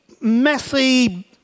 messy